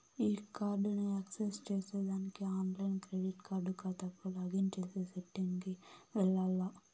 ఈ కార్డుని యాక్సెస్ చేసేదానికి ఆన్లైన్ క్రెడిట్ కార్డు కాతాకు లాగిన్ చేసే సెట్టింగ్ కి వెల్లాల్ల